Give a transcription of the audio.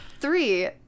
Three